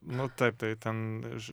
nu taip tai ten ž